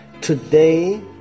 Today